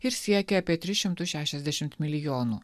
ir siekia apie tris šimtus šešiasdešimt milijonų